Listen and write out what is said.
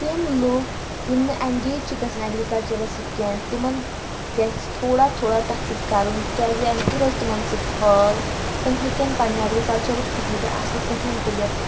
تِم لُکھ یِم نہٕ اؠنگَیٚج چھِ گژھان اؠگرِکَلچَرَس سۭتۍ کینٛہہ تِمَن گژھِ تھوڑا تھوڑا تَتھ سۭتۍ کَرُن تِکیازِ اَمہِ تہِ روزِ تِمَن سۭتۍ حال تِم ہیٚکن پَننہِ اؠگرِکَلچَرُک فٲہِدٕ اَصٕل پٲٹھۍ تُلِتھ